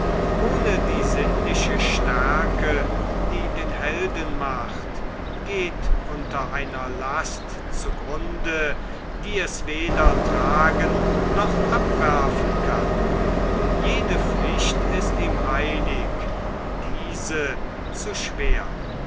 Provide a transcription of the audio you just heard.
ohne die sinnliche stärke die den helden macht geht unter einer last zugrunde die es weder tragen noch abwerfen kann jede pflicht ist ihm heilig diese zu schwer